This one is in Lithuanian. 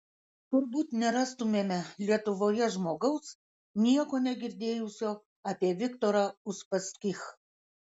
turbūt nerastumėme lietuvoje žmogaus nieko negirdėjusio apie viktorą uspaskich